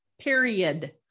period